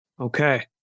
Okay